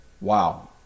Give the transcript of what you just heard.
Wow